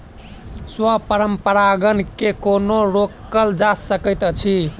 स्व परागण केँ कोना रोकल जा सकैत अछि?